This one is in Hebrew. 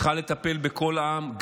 צריכה לטפל בכל העם,